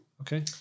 Okay